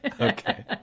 okay